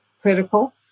critical